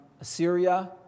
Assyria